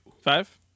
Five